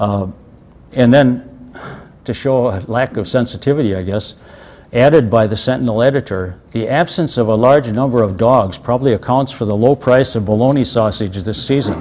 and then to show a lack of sensitivity i guess added by the sentinel editor the absence of a large number of dogs probably accounts for the low price of bologna sausages this season